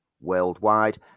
worldwide